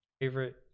Favorite